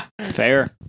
Fair